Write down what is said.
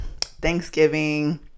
Thanksgiving